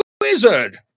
wizard